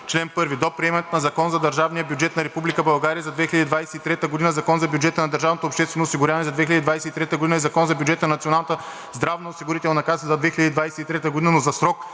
„Чл. 1. До приемането на Закон за държавния бюджет на Република България за 2023 г., Закон за бюджета на държавното обществено осигуряване за 2023 г. и Закон за бюджета на Националната здравноосигурителна каса за 2023 г., но за срок